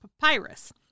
papyrus